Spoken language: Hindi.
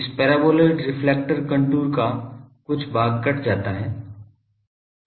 इस पैराबोलॉइड रिफ्लेक्टर कंटूर का कुछ भाग कट जाता है